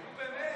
נו, באמת.